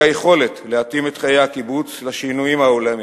היכולת להתאים את חיי הקיבוץ לשינויים העולמיים,